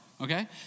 okay